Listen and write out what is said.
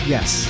Yes